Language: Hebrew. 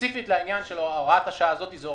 ספציפית לעניין של הוראת השעה הזאת זאת